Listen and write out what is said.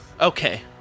Okay